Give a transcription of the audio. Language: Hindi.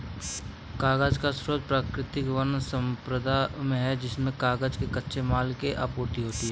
कागज का स्रोत प्राकृतिक वन सम्पदा है जिससे कागज के कच्चे माल की आपूर्ति होती है